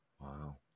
Wow